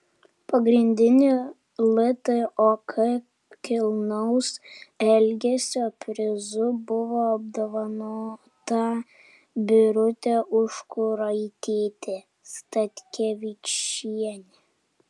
pagrindiniu ltok kilnaus elgesio prizu buvo apdovanota birutė užkuraitytė statkevičienė